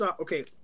Okay